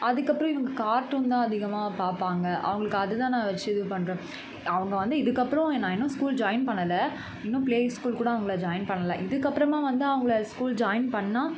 அதுக்கப்புறம் இவங்க கார்ட்டூன் தான் அதிகமாக பார்ப்பாங்க அவங்களுக்கு அதுதான் நான் வச்சு இது பண்ணுறேன் அவங்க வந்து இதுக்கப்புறம் நான் இன்னும் ஸ்கூல் ஜாயின் பண்ணலை இன்னும் ப்ளே ஸ்கூல் கூட அவங்கள ஜாயின் பண்ணலை இதுக்கப்புறமா வந்து அவங்கள ஸ்கூல் ஜாயின் பண்ணால்